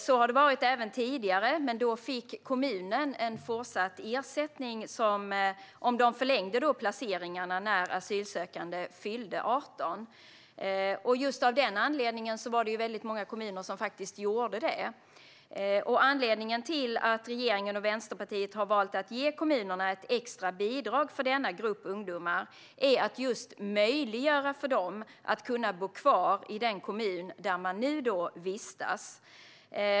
Så har det varit även tidigare, men då fick kommunen en fortsatt ersättning om den förlängde placeringarna när asylsökande fyllde 18 år. Just av den anledningen var det många kommuner som faktiskt gjorde det. Anledningen till att regeringen och Vänsterpartiet har valt att ge kommunerna ett extra bidrag för denna grupp ungdomar är att just möjliggöra för dem att bo kvar i den kommun där de nu vistas.